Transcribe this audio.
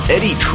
Eddie